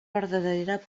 verdadera